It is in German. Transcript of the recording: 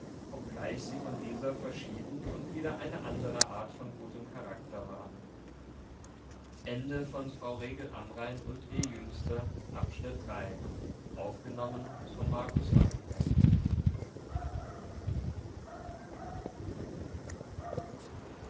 obgleich sie von dieser verschieden und wieder eine andere art von gutem charakter war